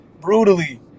brutally